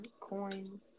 Coin